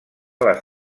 les